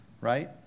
right